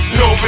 no